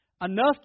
enough